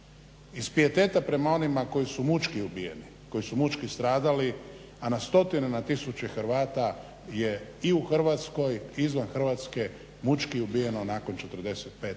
iz pijeteta prema onima koji su mučki ubijeni, koji su mučki stradali a na stotine i tisuće Hrvata je i u Hrvatskoj i izvan Hrvatske mučki ubijeno nakon '45.na